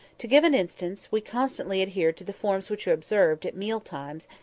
to give an instance we constantly adhered to the forms which were observed, at meal-times,